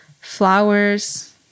flowers